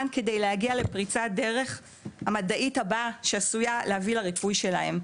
כדי להגיע לפריצת הדרך המדעית הבאה שעשויה להביא לריפוי שלהן,